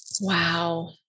Wow